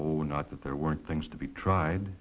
we're not that there weren't things to be tried